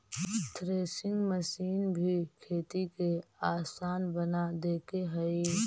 threshing machine भी खेती के आसान बना देके हइ